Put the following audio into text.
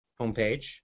homepage